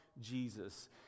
jesus